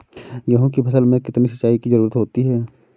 गेहूँ की फसल में कितनी सिंचाई की जरूरत होती है?